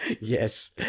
Yes